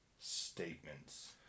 statements